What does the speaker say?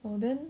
oh then